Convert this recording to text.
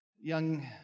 young